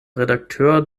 redakteur